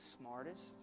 smartest